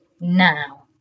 now